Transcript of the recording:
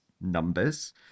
numbers